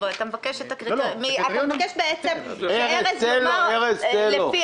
אתה מבקש בעצם שארז אורעד יאמר לפי